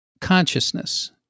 consciousness